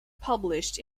published